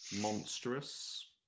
monstrous